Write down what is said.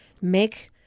make